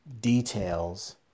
details